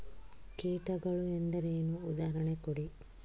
ಕೀಟಗಳು ಎಂದರೇನು? ಉದಾಹರಣೆ ಕೊಡಿ?